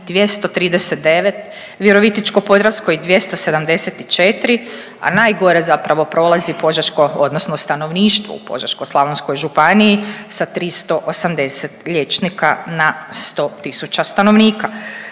239, Virovitičko-podravskoj 274, a najgore zapravo prolazi požeško odnosno stanovništvo u Požeško-slavonskoj županiji sa 380 liječnika na 100 tisuća stanovnika.